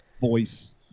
voice